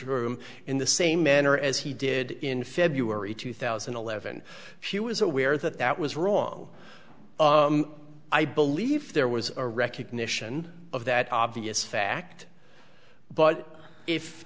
room in the same manner as he did in february two thousand and eleven she was aware that that was wrong i believe there was a recognition of that obvious fact but if